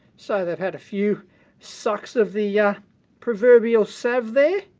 so they've had a few sucks of the yeah proverbial sav there.